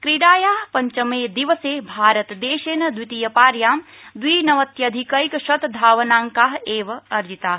क्रीडाया पंचमे दिवसे भारतदेशेन द्वितीयपार्यां द्विनवत्यधिकैकशत धावनांका वे अर्जिता